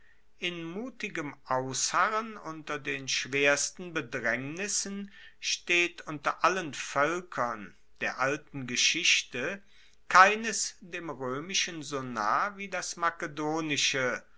in mutigem ausharren unter den schwersten bedraengnissen steht unter allen voelkern der alten geschichte keines dem roemischen so nah wie das makedonische